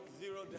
zero